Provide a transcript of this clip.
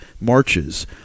marches